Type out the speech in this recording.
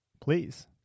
Please